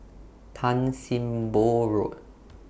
Tan SIM Boh Road